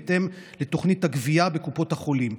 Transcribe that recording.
בהתאם לתוכנית הגבייה בקופות החולים.